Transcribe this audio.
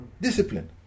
discipline